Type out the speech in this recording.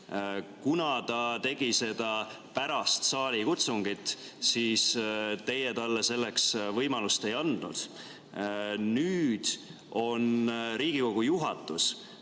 kuna ta tegi seda pärast saalikutsungit, siis teie talle selleks võimalust ei andnud. Nüüd on Riigikogu juhatus